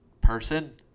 person